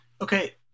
Okay